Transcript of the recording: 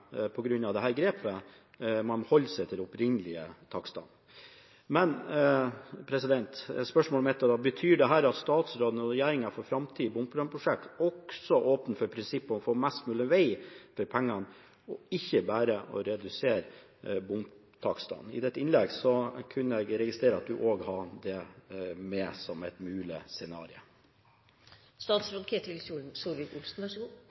grepet – man holder seg til de opprinnelige takstene. Spørsmålet mitt blir da: Betyr dette at statsråden og regjeringen også for framtidige bompengeprosjekter åpner for prinsippet om å få mest mulig vei for pengene, og ikke bare for å redusere bomtakstene? I statsrådens innlegg kunne jeg registrere at han også hadde det med som et mulig scenario.